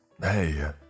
Hey